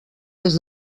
des